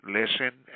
listen